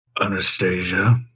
Anastasia